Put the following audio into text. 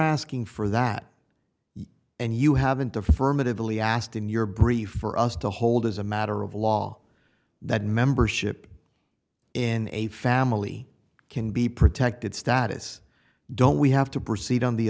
asking for that and you haven't affirmatively asked in your brief for us to hold as a matter of law that membership in a family can be protected status don't we have to proceed on the